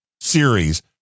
series